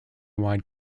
wide